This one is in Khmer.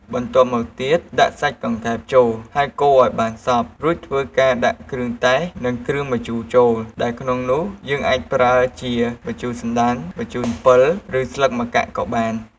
បន្ទាប់មកទៀត ដាក់សាច់កង្កែបចូល ហើយកូរអោយបានសប់ រួចធ្វើការដាក់ គ្រឿងទេស និង គ្រឿងម្ជូរចូល ដែលក្នុងនោះយើងអាចប្រើជា ម្ជូរសណ្ដាន់ ម្ជូរអំពិល ឬស្លឹកម្កាក់់ ក៍បាន។